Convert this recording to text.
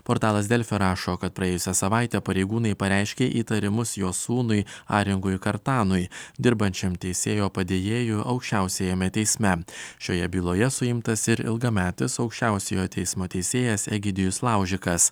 portalas delfi rašo kad praėjusią savaitę pareigūnai pareiškė įtarimus jo sūnui arenguj kartanui dirbančiam teisėjo padėjėju aukščiausiajame teisme šioje byloje suimtas ir ilgametis aukščiausiojo teismo teisėjas egidijus laužikas